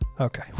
Okay